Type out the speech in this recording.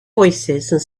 voicesand